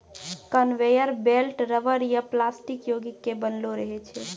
conveyor belt rubber या plastic योगिक के बनलो रहै छै